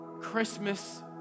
Christmas